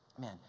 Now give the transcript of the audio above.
man